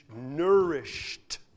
nourished